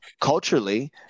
culturally